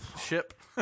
ship